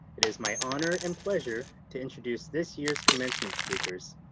it is my honor and pleasure to introduce this year's commencement speakers.